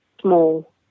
small